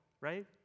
right